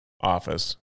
office